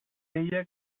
deia